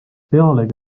pealegi